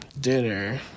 dinner